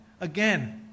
again